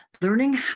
Learning